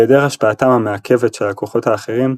בהיעדר השפעתם המעכבת של הכוחות האחרים,